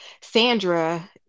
Sandra